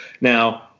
now